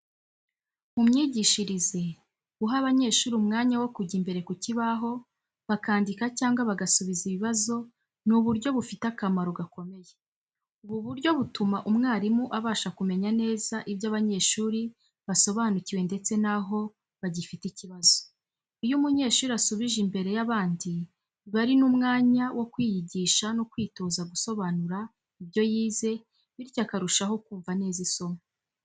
Mu myigishirize, guha abanyeshuri umwanya wo kujya imbere ku kibaho bakandika cyangwa bagasubiza ibibazo ni uburyo bufite akamaro gakomeye. Ubu buryo butuma umwarimu abasha kumenya neza ibyo abanyeshuri basobanukiwe ndetse n’aho bagifite ikibazo. Iyo umunyeshuri asubije imbere y’abandi, biba ari n’umwanya wo kwiyigisha no kwitoza gusobanura ibyo yize, bityo akarushaho kumva neza isomo.